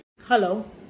Hello